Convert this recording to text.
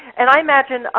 and i imagine,